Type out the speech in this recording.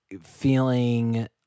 feeling